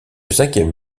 cinquième